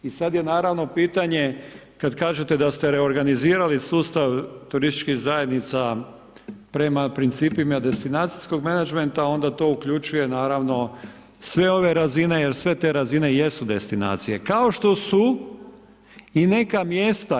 I sada je naravno pitanje kada kažete da ste reorganizirali sustav turističkih zajednica prema principima destinacijskog menadžmenta onda to uključuje naravno sve ove razine jer sve te razine jesu destinacija kao što su i neka mjesta.